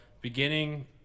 Beginning